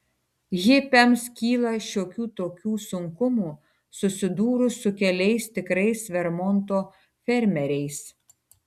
hipiams kyla šiokių tokių sunkumų susidūrus su keliais tikrais vermonto fermeriais